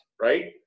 right